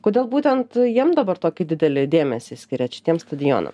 kodėl būtent jiem dabar tokį didelį dėmesį skiriat šitiem stadionam